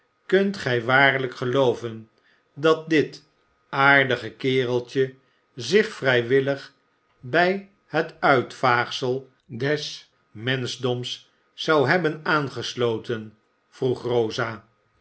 kunt gij waarlijk gelooven dat dit aardige kereltje zich vrijwillig bij het uitvaagsel des menschdoms zou hebben aangesloten vroeg rosa